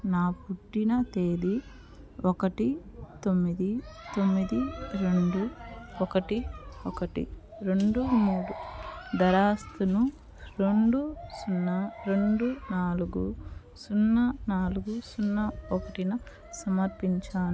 నా పుట్టిన తేదీ ఒకటి తొమ్మిది తొమ్మిది రెండు ఒకటి ఒకటి రెండు మూడు దరఖాస్తును రెండు సున్నా రెండు నాలుగు సున్నా నాలుగు సున్నా ఒకటిన సమర్పించాను